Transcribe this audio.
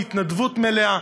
בהתנדבות מלאה.